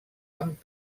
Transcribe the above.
amb